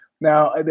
Now